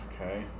Okay